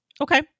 Okay